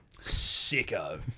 sicko